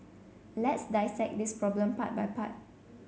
let's dissect this problem part by part